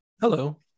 Hello